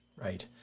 Right